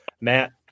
Matt